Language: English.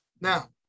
Now